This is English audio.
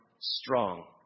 strong